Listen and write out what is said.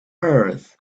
earth